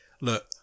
Look